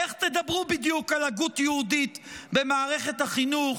איך תדברו בדיוק על הגות יהודית במערכת החינוך,